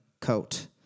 coat